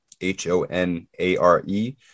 H-O-N-A-R-E